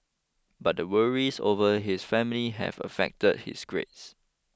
but the worries over his family have affected his grades